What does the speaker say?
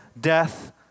death